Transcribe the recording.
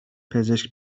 پزشک